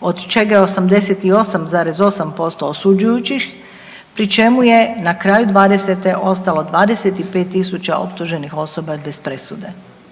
od čega je 88,8% osuđujućih pri čemu je na kraju '20. ostalo 25.000 optuženih osoba bez presude.